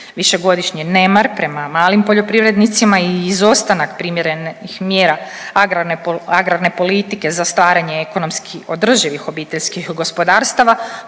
Višegodišnji nemar prema malim poljoprivrednicima i izostanak primjerenih mjera agrarne politike za starenje ekonomski održivih obiteljskih gospodarstava